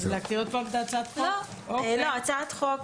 הצעת חוק